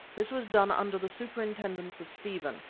this was done under the superintendence of stephen,